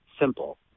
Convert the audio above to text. simple